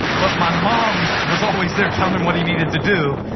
but my mom was always there telling him what he needed to do,